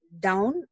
Down